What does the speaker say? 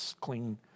clean